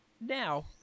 Now